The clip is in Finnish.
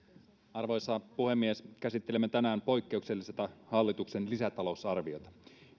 arvoisa puhemies käsittelemme tänään poikkeuksellista hallituksen lisätalousarviota